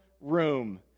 room